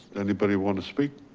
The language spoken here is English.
anybody want to speak?